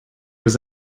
was